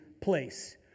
place